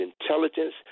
intelligence